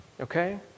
okay